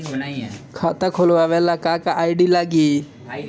खाता खोलवावे ला का का आई.डी लागेला?